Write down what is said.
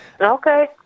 Okay